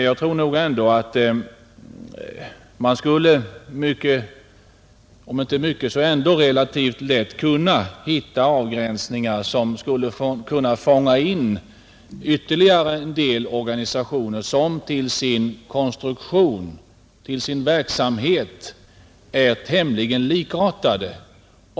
Jag tror ändå att man skulle relativt lätt kunna finna avgränsningar som kunde fånga in ytterligare en del organisationer vilka till sin konstruktion och till sin verksamhet är tämligen likartade.